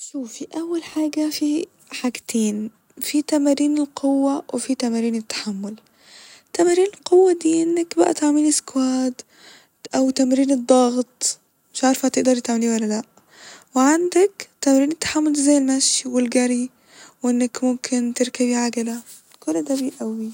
شوفي أول حاجة في حاجتين ، في تمارين للقوة وفي تمارين التحمل ، تمارين القوة دي انك بقى تعملي سكوات أو تمارين الضغط مش عارفه هتقدري تعمليه ولا لا ، وعندك تمارين التحمل دي زي المشي والجري ، وانك ممكن تركبي عجلة ، كل ده بيقوي